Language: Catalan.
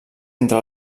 entre